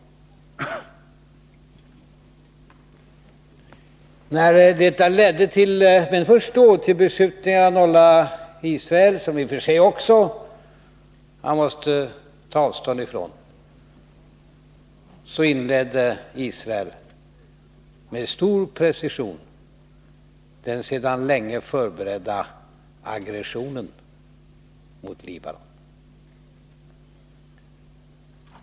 Efter beskjutningen av norra Israel, som man också måste ta avstånd från, inledde Israel med stor precision den sedan länge förberedda aggressionen mot Libanon.